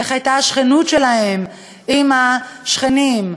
איך היו היחסים שלהם עם השכנים,